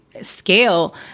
scale